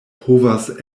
povas